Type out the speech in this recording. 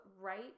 right